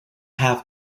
have